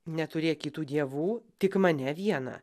neturėk kitų dievų tik mane vieną